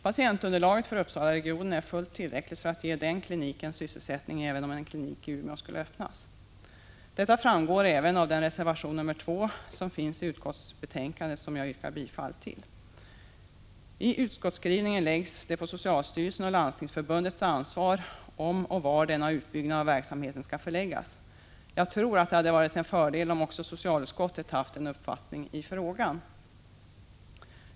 Patientunderlaget för Uppsalaregionen är fullt tillräckligt för att ge den kliniken sysselsättning även om en klinik i Umeå skulle öppnas. Detta framgår även av den till utskottsbetänkandet fogade reservationen nr 2, som jag yrkar bifall till. I utskottsskrivningen läggs det på socialstyrelsens och Landstingsförbundets ansvar att besluta om och var denna utbyggnad av verksamheten skall förläggas. Jag tror att det hade varit en fördel om också socialutskottet haft en uppfattning i frågan.